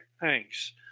thanks